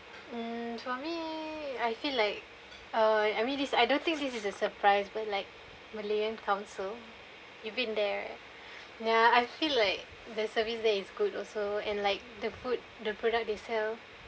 um for me I feel like uh I mean this I don't think this is a surprise but like malayan council you been there right ya I feel like their service there is good also and like the food the product they sell